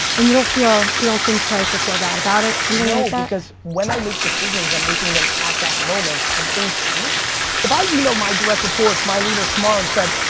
and you don't feel, you don't think twice or feel bad about it, something like that. no because when i make decisions, i'm making them at that moment and things change. if i email my direct reports, my leaders tomorrow and said,